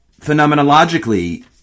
phenomenologically